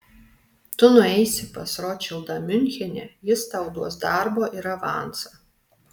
tu nueisi pas rotšildą miunchene jis tau duos darbo ir avansą